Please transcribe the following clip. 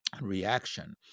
reaction